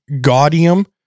gaudium